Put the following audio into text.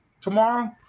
tomorrow